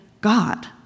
God